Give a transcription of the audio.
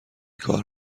کار